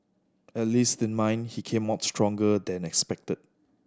at least in mind he came out stronger than expected